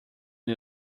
new